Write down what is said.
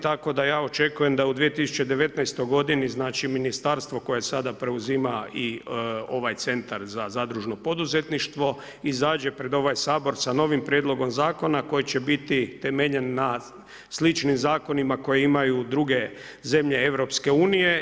Tako da je očekujem da u 2019. godini znači ministarstvo koje sada preuzima i ovaj centar za zadružno poduzetništvo izađe pred ovaj sabor sa novim prijedlogom zakona koji će biti temeljen na sličnim zakonima koje imaju druge zemlje EU.